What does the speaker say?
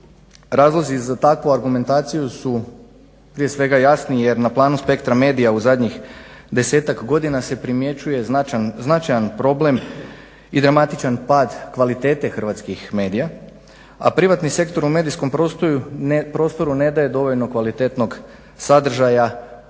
Razlozi za takvu argumentaciju su prije svega jasni jer na planu spektra medija u zadnjih 10-tak godina se primjećuje značajan problem i dramatičan pad kvalitete hrvatskih medija, a privatni sektor u medijskom prostoru ne daje dovoljno kvalitetnog sadržaja,